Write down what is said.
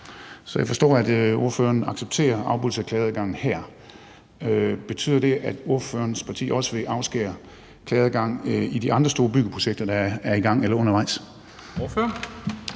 Så jeg forstår, at ordføreren accepterer afskæring af klageadgangen her. Betyder det, at ordførerens parti også vil afskære klageadgangen i de andre store byggeprojekter, der er i gang eller er undervejs?